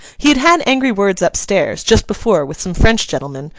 he had had angry words up-stairs, just before, with some french gentlemen,